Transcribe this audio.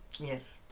Yes